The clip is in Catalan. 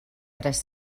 tres